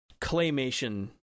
claymation